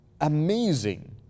amazing